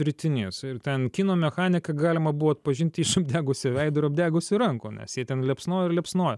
ritinys ir ten kino mechaniką galima buvo atpažinti iš apdegusio veido ir apdegusių ranko nes jie ten liepsnojo ir liepsnojo